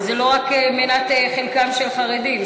וזה לא רק מנת חלקם של חרדים,